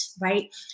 right